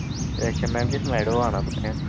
अच्छा मैडम जी सनाई ओड़ो आना कुत्थे ऐ